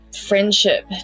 friendship